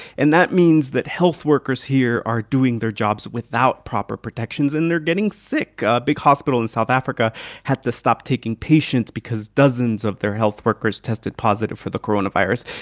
and that means that health workers here are doing their jobs without proper protections. and they're getting sick. big hospital in south africa had to stop taking patients because dozens of their health workers tested positive for the coronavirus.